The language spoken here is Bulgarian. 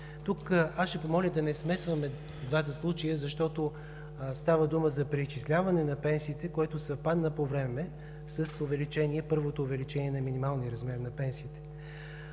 Тук ще помоля да не смесваме двата случая, защото става дума за преизчисляване на пенсиите, което съвпадна по време с увеличение – първото увеличение на минималния размер на пенсиите.